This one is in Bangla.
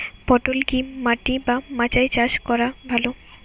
পটল কি মাটি বা মাচায় চাষ করা ভালো?